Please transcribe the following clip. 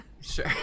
Sure